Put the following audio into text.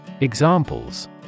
Examples